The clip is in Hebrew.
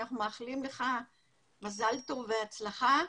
שאנחנו מאחלים לך מזל טוב והצלחה.